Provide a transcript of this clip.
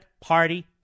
Party